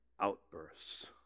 outbursts